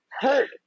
hurt